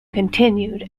continued